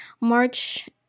March